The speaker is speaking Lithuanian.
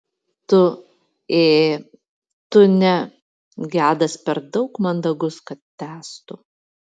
tu ė tu ne gedas per daug mandagus kad tęstų